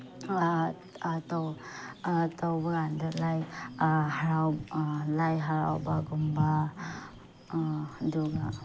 ꯇꯧꯕꯀꯥꯟꯗ ꯂꯥꯏ ꯍꯔꯥꯎꯕ ꯂꯥꯏ ꯍꯔꯥꯎꯕꯒꯨꯝꯕ ꯑꯗꯨꯒ